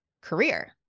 career